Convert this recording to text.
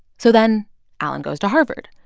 so then allen goes to harvard,